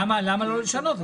מה לא לשנות?